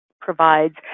provides